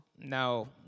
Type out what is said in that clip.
No